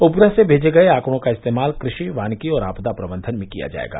उपग्रह से भेजे गए आंकड़ो का इस्तेमाल कृषि वानिकी और आपदा प्रबंधन में किया जाएगा